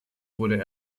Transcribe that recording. wurde